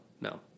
No